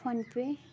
PhonePe